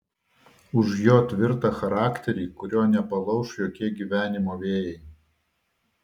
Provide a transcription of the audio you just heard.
už jo tvirtą charakterį kurio nepalauš jokie gyvenimo vėjai